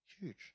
huge